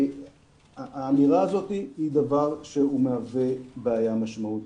האמירה הזאת היא דבר שמהווה בעיה משמעותית.